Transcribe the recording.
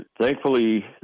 thankfully